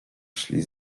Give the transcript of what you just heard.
szli